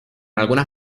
algunas